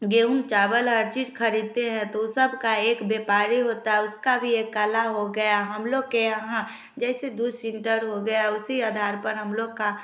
गेंहूँ चावल हर चीज़ खरीदते हैं तो सबका एक व्यापारी होता है उसका भी एक कला हो गया हम लोग के यहाँ जैसे ढूध सेंटर हो गया उसी आधार पर हम लोग का